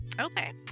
Okay